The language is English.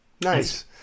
Nice